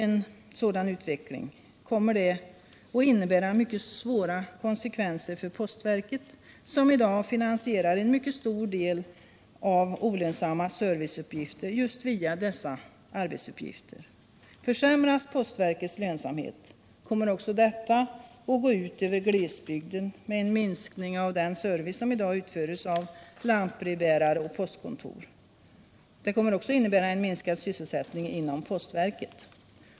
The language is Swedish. En sådan utveckling kommer att innebära mycket svåra konsekvenser för postverket, som i dag finansierar en mycket stor del av olönsamma serviceuppgifter just via dessa arbetsuppgifter. Försämras postverkets lönsamhet kommer också detta att gå ut över glesbygden med en minskning av den service som i dag utförs av bl.a. lantbrevbärare och postkontor. Det kommer också att innebära en minskad sysselsättning inom postverket.